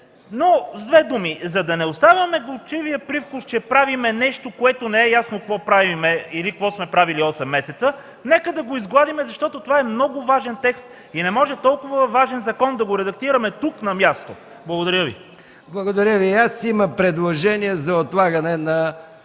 С две думи, за да не оставяме горчивия привкус, че правим нещо, което не е ясно какво правим или какво сме правили осем месеца, нека да го изгладим, защото това е много важен текст. Не може толкова важен закон да редактираме тук, на място. Благодаря. ПРЕДСЕДАТЕЛ МИХАИЛ МИКОВ: Благодаря Ви. И аз имам предложение за отлагането на